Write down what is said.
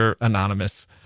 Anonymous